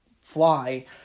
fly